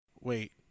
Wait